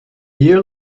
year